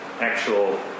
actual